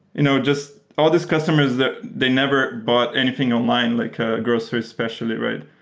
you know just all these customers that they never bought anything online, like ah grocery specially, right?